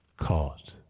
caught